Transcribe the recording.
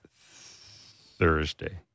Thursday